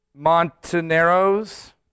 Montaneros